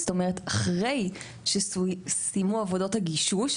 זאת אומרת אחרי שסיימו עבודות הגישוש,